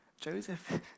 Joseph